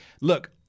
look